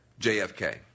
JFK